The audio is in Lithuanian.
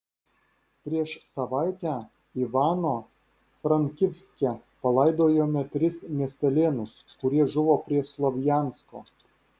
prieš savaitę ivano frankivske palaidojome tris miestelėnus kurie žuvo prie slovjansko